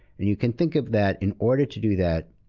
and you can think of that, in order to do that,